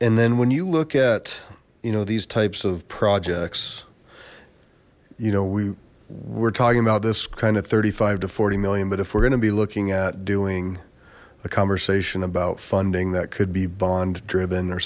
and then when you look at you know these types of projects you know we were talking about this kind of thirty five to forty million but if we're gonna be looking at doing a conversation about funding that could be bond driven or